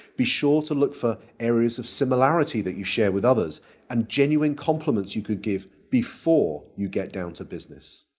be sure to look for areas of similarity that you share with others and genuine compliments you can give before you get down to business.